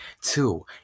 Two